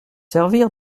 servir